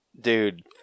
dude